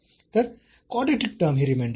तर quadratic term ही remainder येईल